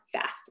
fast